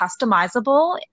customizable